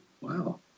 wow